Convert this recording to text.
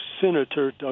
Senator